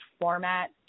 format